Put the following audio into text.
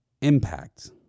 impact